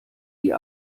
die